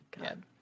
God